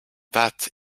that